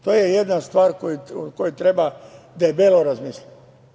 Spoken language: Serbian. To je jedna stvar o kojoj treba debelo razmisliti.